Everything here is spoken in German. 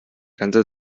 ganze